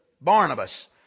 Barnabas